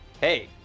Hey